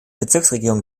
bezirksregierung